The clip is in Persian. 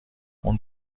اون